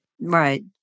Right